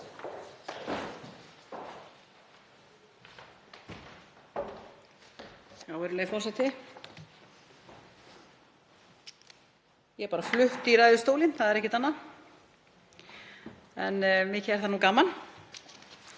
Virðulegi forseti. Ég er bara flutt í ræðustólinn, það er ekkert annað, en mikið er það gaman.